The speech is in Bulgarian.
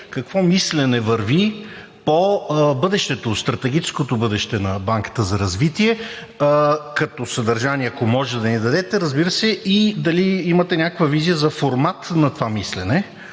какво мислене върви по стратегическото бъдеще на Банката за развитие, като съдържание, ако може да ни дадете? Разбира се, и дали имате някаква визия за формат на това мислене?